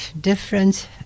difference